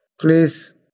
please